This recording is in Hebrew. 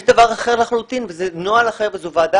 יש דבר אחר לחלוטין וזה נוהל אחר וזו ועדה